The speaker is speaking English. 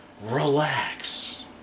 Relax